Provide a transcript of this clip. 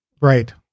Right